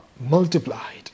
multiplied